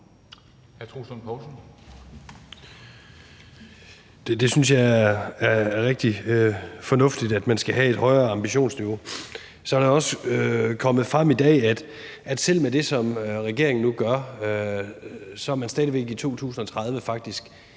Jeg synes, det er rigtig fornuftigt, at man skal have et højere ambitionsniveau. Så er det også kommet frem i dag, at selv med det, som regeringen nu gør, er man faktisk